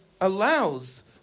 allows